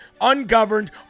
ungoverned